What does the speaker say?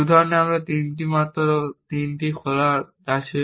এই উদাহরণে আমার মাত্র তিনটি খোলা গোল আছে